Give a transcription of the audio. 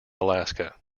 alaska